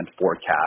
forecast